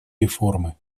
реформы